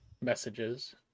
messages